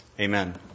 Amen